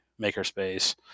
makerspace